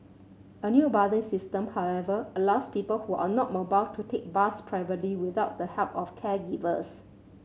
a new bathing system however allows people who are not mobile to take baths privately without the help of caregivers